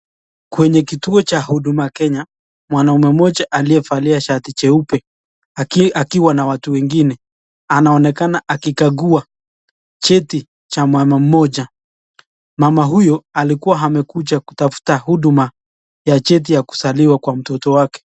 Kwenye kituo cha Huduma Kenya mwanaume mmoja aliyevalia shati jeupe akiwa na watu wengine anaonekana akikagua cheti cha mama mmoja. Mama huyo alikuwa amekuja kutafuta huduma ya cheti ya kuzaliwa kwa mtoto wake.